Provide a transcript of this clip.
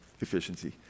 efficiency